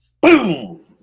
Boom